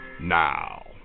now